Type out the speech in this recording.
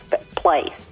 place